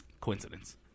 Coincidence